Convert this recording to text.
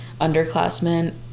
underclassmen